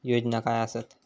योजना काय आसत?